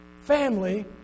family